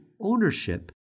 ownership